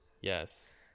yes